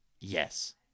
yes